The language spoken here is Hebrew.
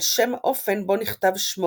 על שם האופן בו נכתב שמו